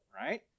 right